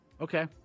Okay